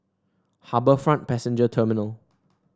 HarbourFront Passenger Terminal